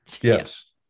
Yes